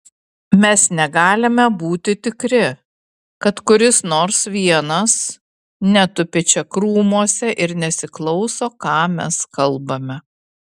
mes negalime būti tikri kad kuris nors vienas netupi čia krūmuose ir nesiklauso ką mes kalbame